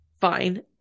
Fine